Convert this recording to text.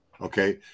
okay